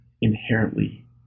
inherently